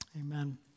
Amen